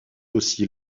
aussi